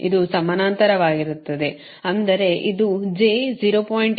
ಆದ್ದರಿಂದ ಇದು ಸಮಾನಾಂತರವಾಗಿರುತ್ತದೆ ಅಂದರೆ ಇದು j 0